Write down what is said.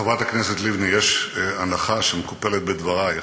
חברת הכנסת לבני, יש הנחה שמקופלת בדברייך,